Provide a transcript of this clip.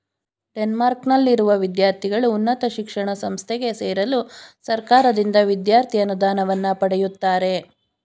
ಡೆನ್ಮಾರ್ಕ್ನಲ್ಲಿರುವ ವಿದ್ಯಾರ್ಥಿಗಳು ಉನ್ನತ ಶಿಕ್ಷಣ ಸಂಸ್ಥೆಗೆ ಸೇರಲು ಸರ್ಕಾರದಿಂದ ವಿದ್ಯಾರ್ಥಿ ಅನುದಾನವನ್ನ ಪಡೆಯುತ್ತಾರೆ